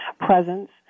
presence